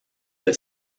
the